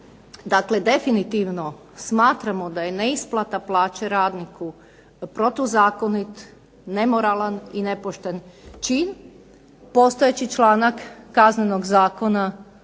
Dakle, definitivno smatramo da je neisplata plaće radniku protuzakonit, nemoralan i nepošten čin. Postojeći članak Kaznenog zakona